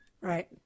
Right